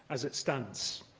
as it stands.